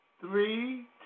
three